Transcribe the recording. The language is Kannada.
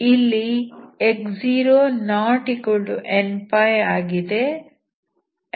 ಇಲ್ಲಿ x0nπ n∈N ಆಗಿದೆ